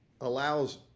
allows